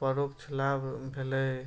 परोक्ष लाभ भेलैए